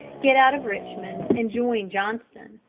get out of richmond and join johnston,